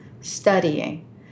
studying